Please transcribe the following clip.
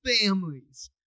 families